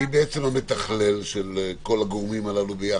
מי המתכלל של כל הגורמים הללו ביחד?